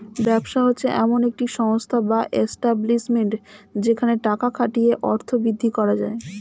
ব্যবসা হচ্ছে এমন একটি সংস্থা বা এস্টাব্লিশমেন্ট যেখানে টাকা খাটিয়ে অর্থ বৃদ্ধি করা যায়